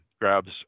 grabs